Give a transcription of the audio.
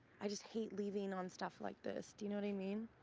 i just hate leaving on stuff like this. do you know what i mean?